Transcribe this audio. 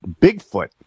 Bigfoot